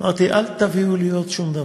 אמרתי: אל תביאו לי עוד שום דבר,